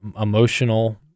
emotional